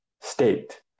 state